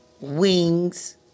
wings